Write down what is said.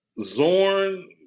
Zorn